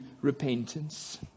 repentance